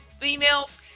females